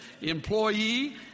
employee